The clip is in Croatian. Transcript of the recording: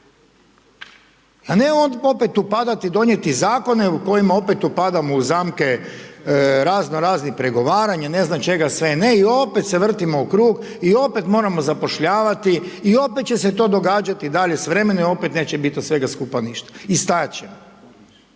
A ne opet upadati, donijeti zakone u kojima upadamo u zamke raznoraznih pregovaranje, ne znam čega sve ne i opet se vrtimo u krug i opet moramo zapošljavati i opet će se to događati dalje s vremenom i opet neće bit od svega skupa ništa i stajat ćemo.